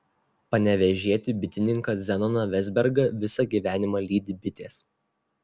panevėžietį bitininką zenoną vezbergą visą gyvenimą lydi bitės